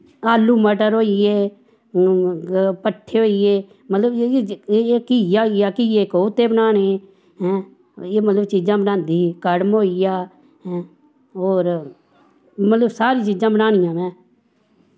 आलू मटर होइये भट्ठे होइये मतलव इयै घीआ होइया घीए दे कोवते बनाने हैं इयै मतलव चीजां बनांदी ही कड़म होइयां हैं होर मतलव सारियां चीजां बनानियां में